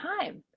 time